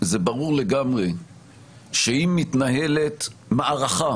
שזה ברור לגמרי שאם מתנהלת מערכה